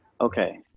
Okay